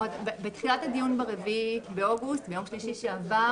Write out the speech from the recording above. בתחילת הדיון ב-4 באוגוסט,